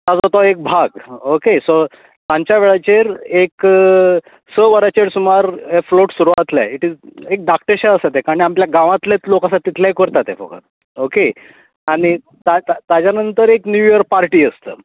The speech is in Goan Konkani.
ताजो तो एक भाग ओके सो सांच्या वेळाचेर एक स वरांचेर सुमार फ्लोट सुरू जातलें इट इझ एक धाकटें शें आसा तें कारण आपल्या गांवांतलेंत लोक आसा तितलेंय करता तें फकत ओके आनी ताज् ताज्या नंतर एक नीव इयर पार्टी आसता ओके